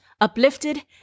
uplifted